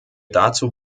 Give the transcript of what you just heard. dazu